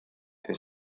who